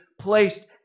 placed